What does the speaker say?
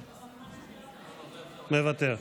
מוותר.